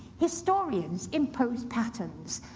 historians impose patterns,